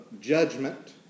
judgment